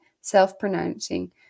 self-pronouncing